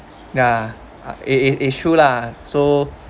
ya I is is is true lah so